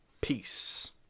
Peace